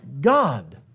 God